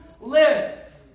live